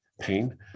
pain